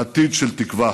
עתיד של תקווה.